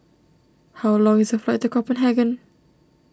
how long is the flight to Copenhagen